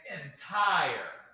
entire